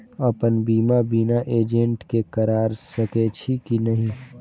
अपन बीमा बिना एजेंट के करार सकेछी कि नहिं?